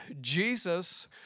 Jesus